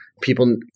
people